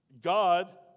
God